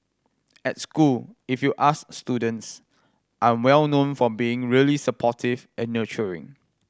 at school if you ask students I'm well known for being really supportive and nurturing